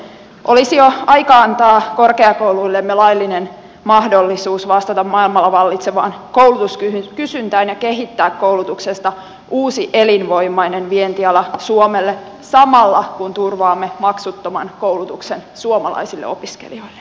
olisi jo aika antaa korkeakouluillemme laillinen mahdollisuus vastata maailmalla vallitsevaan koulutuskysyntään ja kehittää koulutuksesta uusi elinvoimainen vientiala suomelle samalla kun turvaamme maksuttoman koulutuksen suomalaisille opiskelijoille